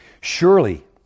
Surely